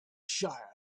shire